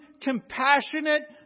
compassionate